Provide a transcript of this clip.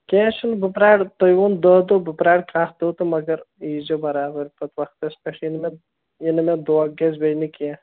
کیٚنٛہہ چھُنہٕ بہٕ پرٛارٕ تۄہہِ ووٚن دٔہ دۄہ بہٕ پرٛارٕ کاہ دۄہ تہٕ مگر ییٖزیٚو برابر پَتہٕ وقتَس پٮ۪ٹھ یِنہٕ مےٚ یِنہٕ مےٚ دۄکھ گژھِ بیٚیہِ نہٕ کیٚنٛہہ